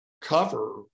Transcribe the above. Cover